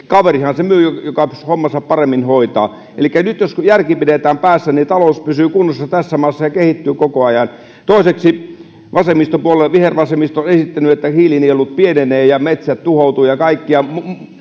kaverihan se myy jos se hommansa paremmin hoitaa elikkä nyt jos järki pidetään päässä niin talous pysyy kunnossa tässä maassa ja kehittyy koko ajan toiseksi vasemmistopuolueet vihervasemmisto on esittänyt että hiilinielut pienenevät metsät tuhoutuvat ja kaikkea